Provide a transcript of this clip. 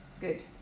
Good